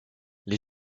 les